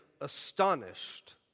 astonished